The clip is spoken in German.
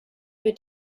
wird